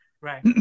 Right